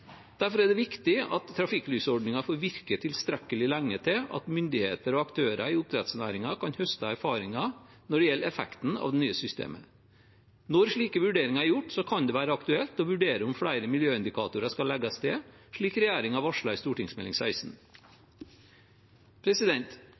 Derfor er det viktig at trafikklysordningen får virke tilstrekkelig lenge til at myndigheter og aktører i oppdrettsnæringen kan høste erfaringer fra effekten av det nye systemet. Når slike vurderinger er gjort, kan det være aktuelt å vurdere om flere miljøindikatorer skal legges til, slik regjeringen varslet i Meld. St. 16